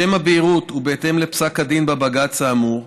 לשם הבהירות ובהתאם לפסק הדין בבג"ץ האמור,